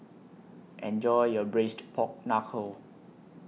Enjoy your Braised Pork Knuckle